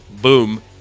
boom